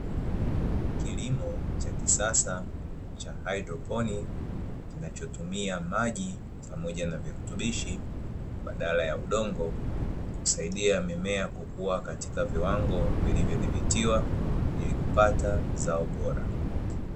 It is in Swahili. Kilimo cha kisasa cha haidroponi, kinachotumia maji pamoja na virutubishi badala ya udongo, husaidia mimea kukua katika viwango vilivyodhibitiwa ili kupata zao bora.